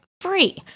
free